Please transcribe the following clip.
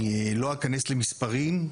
אני לא אכנס למספרים,